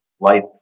life